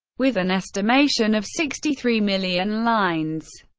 with an estimation of sixty three million lines.